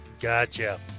Gotcha